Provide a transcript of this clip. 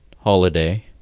holiday